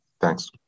Thanks